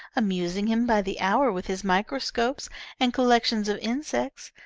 amusing him by the hour with his microscopes and collections of insects,